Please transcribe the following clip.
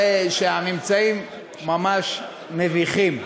הרי שהממצאים ממש מביכים.